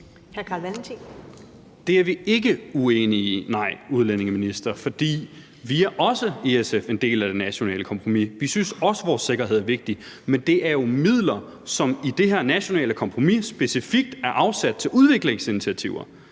Det er vi ikke uenige i, nej, vil jeg sige til udlændingeministeren. For vi er også i SF en del af det nationale kompromis. Vi synes også, at vores sikkerhed er vigtig. Men det er jo midler, som i det her nationale kompromis specifikt er afsat til udviklingsinitiativer.